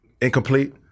incomplete